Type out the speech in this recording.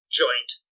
joint